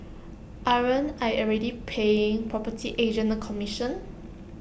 aren't I already paying property agents A commission